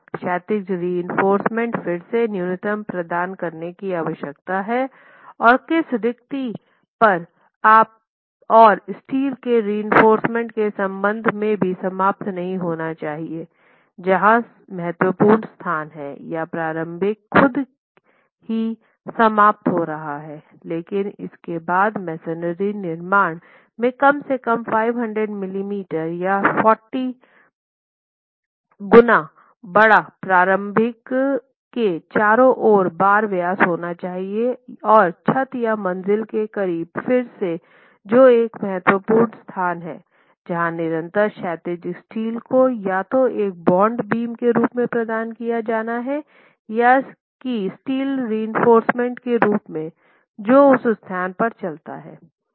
क्षैतिज रिइंफोर्समेन्ट फिर से न्यूनतम प्रदान करने की आवश्यकता है और किस रिक्ति पर और स्टील के रिइंफोर्समेन्ट के संबंध में भी समाप्त नहीं होना चाहिए जहां महत्वपूर्ण स्थान है या प्रारंभिक खुद ही समाप्त हो रहा है लेकिन इसके बाद मेसनरी निर्माण में कम से कम 500 मिलीमीटर या 40 गुना बढ़ा प्रारंभिक के चारों ओर बार व्यास होना चाहिए और छत या मंज़िल के करीब फिर से जो एक महत्वपूर्ण स्थान हैं जहाँ निरंतर क्षैतिज स्टील को या तो एक बांड बीम के रूप में प्रदान किया जाना है या स्टील केरिइंफोर्समेन्ट के रूप में जो उस स्थान पर चलता है